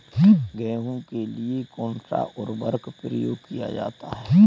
गेहूँ के लिए कौनसा उर्वरक प्रयोग किया जाता है?